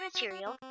material